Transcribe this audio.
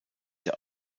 der